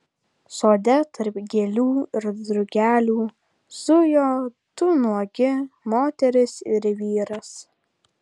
sode tarp gėlių ir drugelių zujo du nuogi moteris ir vyras